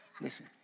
listen